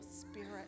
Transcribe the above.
Spirit